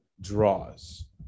draws